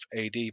AD